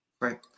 right